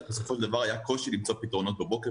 בסופו של דבר היה קושי למצוא פתרונות בבוקר,